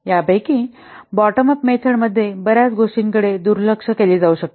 यापैकी bottom up method मध्ये बऱ्याच गोष्टीकडे दुर्लक्ष केले जाऊ शकते